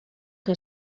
que